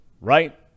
right